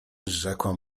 rzekła